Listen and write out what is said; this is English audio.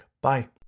Bye